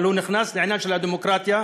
אבל הוא נכנס לעניין הדמוקרטיה,